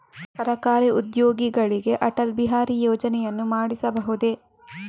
ಸರಕಾರಿ ಉದ್ಯೋಗಿಗಳಿಗೆ ಅಟಲ್ ಬಿಹಾರಿ ಯೋಜನೆಯನ್ನು ಮಾಡಿಸಬಹುದೇ?